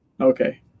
Okay